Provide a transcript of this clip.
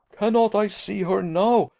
cannot i see her now?